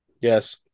Yes